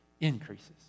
increases